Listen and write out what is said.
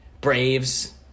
Braves –